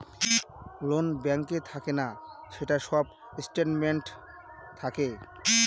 loan ব্যাঙ্কে থাকে না, সেটার সব স্টেটমেন্ট থাকে